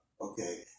okay